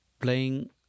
playing